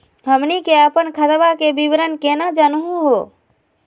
हमनी के अपन खतवा के विवरण केना जानहु हो?